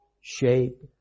shape